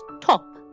top